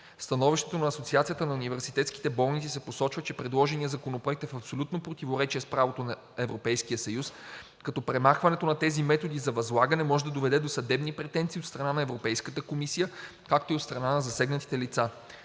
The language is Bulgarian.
становището на Асоциацията на университетските болници се посочва, че предложеният законопроект е в абсолютно противоречие с правото на Европейския съюз, като премахването на тези методи за възлагане може да доведе до съдебни претенции от страна на Европейската комисия, както и от страна на засегнатите лица.